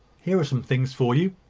here are some things for you,